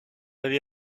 avait